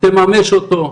תממש אותו,